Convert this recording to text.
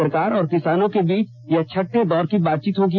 सरकार और किसानों के बीच यह छठें दौर की बातचीत होगी